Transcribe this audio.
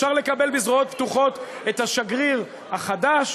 אפשר לקבל בזרועות פתוחות את השגריר החדש.